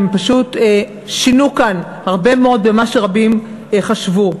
והם פשוט שינו כאן הרבה מאוד ממה שרבים חשבו.